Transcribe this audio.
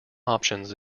options